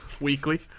weekly